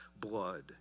blood